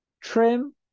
trim